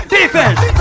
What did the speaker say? Defense